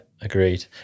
agreed